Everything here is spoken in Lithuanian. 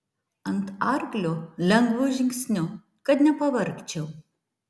ant arklio lengvu žingsniu kad nepavargčiau